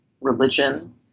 religion